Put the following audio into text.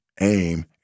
Aim